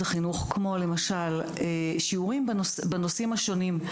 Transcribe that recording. החינוך כמו למשל שיעורים בנושאים השונים,